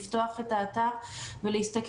להיכנס לאתר ולראות.